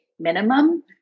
minimum